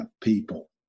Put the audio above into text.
people